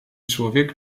człowiek